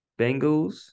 Bengals